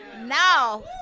Now